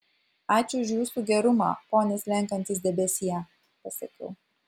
ačiū už jūsų gerumą pone slenkantis debesie pasakiau